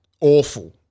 awful